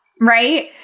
Right